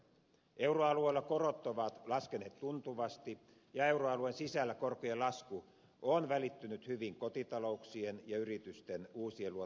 euroalueella korot ovat laskeneet tuntuvasti ja euroalueen sisällä korkojen lasku on välittynyt hyvin kotitalouksien ja yritysten uusien luottojen korkoihin